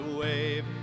wave